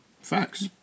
Facts